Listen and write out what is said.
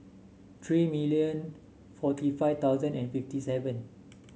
three million forty five thousand and fifty seven